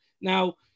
Now